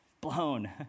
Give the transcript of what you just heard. blown